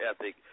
ethic